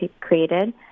created